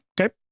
Okay